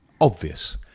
obvious